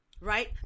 right